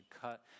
cut